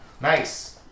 Nice